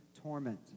torment